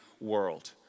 World